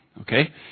Okay